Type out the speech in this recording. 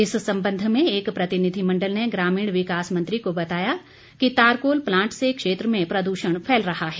इस संबंध में एक प्रतिनिधि मण्डल ने ग्रामीण विकास मंत्री को बताया कि तारकोल प्लांट से क्षेत्र में प्रदूषण फैल रहा है